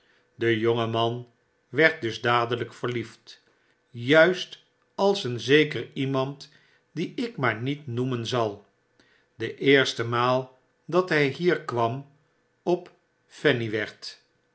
de jonge man werd dus dadelyk verliefd juist als een zeker iemand die ik maar niet noemen zal de eerste maal dat hy hier kwam op fanny werd